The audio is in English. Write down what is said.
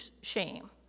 shame